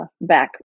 back